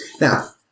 now